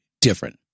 different